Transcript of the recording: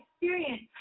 experience